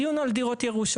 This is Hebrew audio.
הדיון הוא על דירות ירושה.